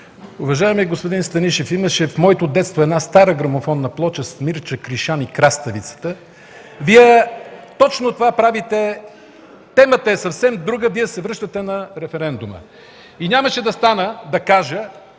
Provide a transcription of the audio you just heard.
Уважаеми господин Станишев, в моето детство имаше една стара грамофонна плоча с „Мирча Кришан и краставицата”. (Реплики от КБ.) Вие точно това правите. Темата е съвсем друга, Вие се връщате на референдума. Нямаше да стана да кажа